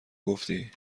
گفتی